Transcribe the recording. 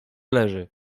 leży